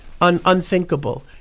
unthinkable